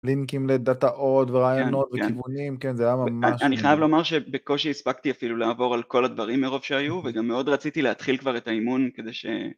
לינקים לדאטה עוד ורעיונות וכיוונים, כן, זה היה ממש... אני חייב לומר שבקושי הספקתי אפילו לעבור על כל הדברים מרוב שהיו, וגם מאוד רציתי להתחיל כבר את האימון כדי ש...